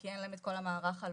כי אין להם את כל המערך הלוגיסטי.